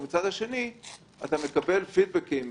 לבין זה שאתה מקבל פידבקים,